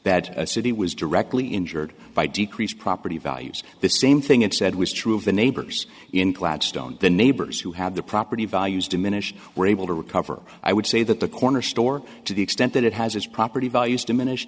that a city was directly injured by decreased property values the same thing it said was true of the neighbors in clad stone the neighbors who had the property values diminish were able to recover i would say that the corner store to the extent that it has his property values diminish